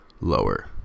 lower